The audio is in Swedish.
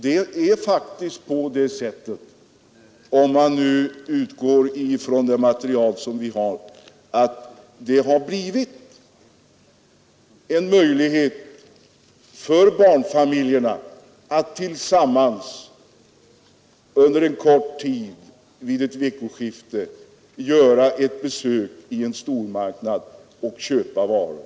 Det är faktiskt på det sättet att stormarknaden har blivit en möjlighet för barnfamiljen att under en kort tid vid ett veckoskifte besöka en stormarknad och där tillsammans köpa varor.